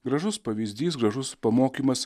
gražus pavyzdys gražus pamokymas